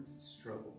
struggle